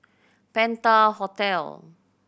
Penta Hotel